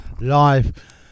live